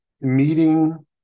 meeting